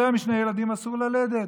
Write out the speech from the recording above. יותר משני ילדים אסור ללדת.